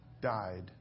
died